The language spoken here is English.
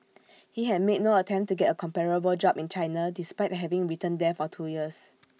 he had made no attempt to get A comparable job in China despite having returned there for two years